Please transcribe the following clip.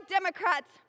Democrats